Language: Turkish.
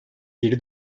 geri